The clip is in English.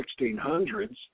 1600s